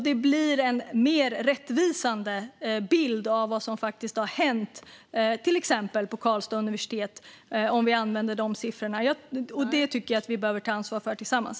Det blir en mer rättvisande bild av vad som faktiskt har hänt, till exempel på Karlstads universitet, om vi använder de siffrorna. Det tycker jag att vi behöver ta ansvar för tillsammans.